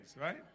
right